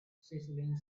sizzling